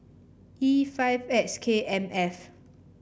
E five X K M F